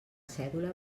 cèdula